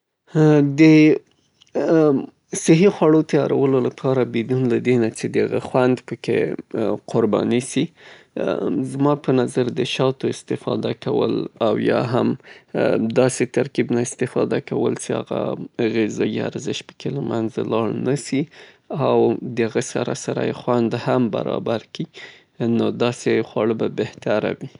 د داسې یو خوږو مصرف چه اکثره وخت هغه صحي واوسي او د هغه جانبي غوارض یا تاوان کم وي، خصوصاً هغه کسان چه شکر لري، نو زما په نظر که چیرې شات استفاده سي او یا هم تور چاکلیت استفاده سي دا به بهتره وي، صحي به وي.